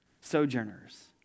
sojourners